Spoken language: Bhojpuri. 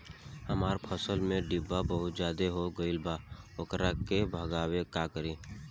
हमरा फसल में टिड्डा बहुत ज्यादा हो गइल बा वोकरा के भागावेला का करी?